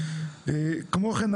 כמו כן,